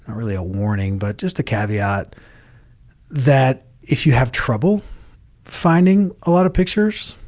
really a warning, but just a caveat that if you have trouble finding a lot of pictures,